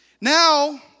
Now